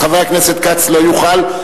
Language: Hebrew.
אז חבר הכנסת כץ לא יוכל.